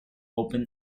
open